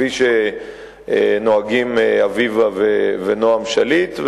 כפי שנוהגים אביבה ונועם שליט,